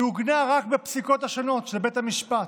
היא עוגנה רק בפסיקות השונות של בית המשפט.